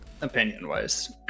opinion-wise